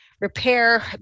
repair